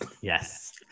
Yes